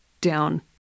down